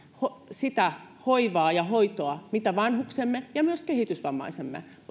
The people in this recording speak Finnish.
sitä hoivaa ja hoitoa mitä vanhuksemme ja myös kehitysvammaisemme